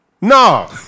No